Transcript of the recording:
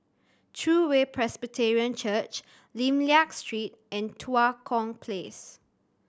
True Way Presbyterian Church Lim Liak Street and Tua Kong Place